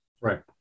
Right